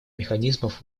механизмов